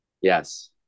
Yes